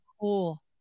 Cool